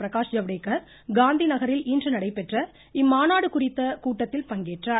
பிரகாஷ் ஐவ்டேகர் காந்திநகரில் இன்று நடைபெற்ற இம்மாநாடு குறித்த கூட்டத்தில் பங்கேற்றார்